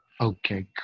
Okay